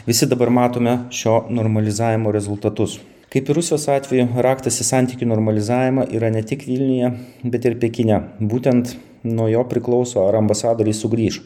visi dabar matome šio normalizavimo rezultatus kaip ir rusijos atveju raktas į santykių normalizavimą yra ne tik vilniuje bet ir pekine būtent nuo jo priklauso ar ambasadoriai sugrįš